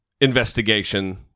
investigation